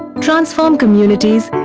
transform communities,